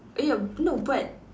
ya no but